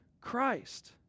Christ